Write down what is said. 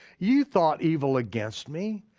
you thought evil against me,